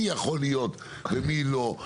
מי יכול להיות ומי לא,